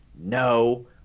No